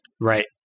Right